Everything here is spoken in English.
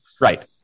right